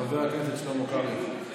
חבר הכנסת שלמה קרעי.